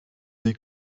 des